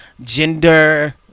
gender